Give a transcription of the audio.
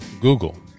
Google